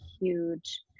huge